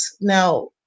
Now